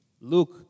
Luke